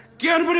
gang? but